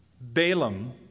Balaam